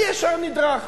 אני ישר נדרך.